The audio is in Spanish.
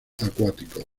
acuáticos